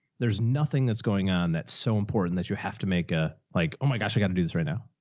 there's nothing that's going on that's so important that you have to make a like, oh my gosh, i got to do this right now.